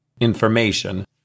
information